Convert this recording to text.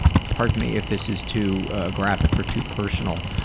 pardon me if this is too graphic or too personal,